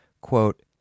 quote